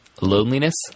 loneliness